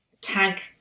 tag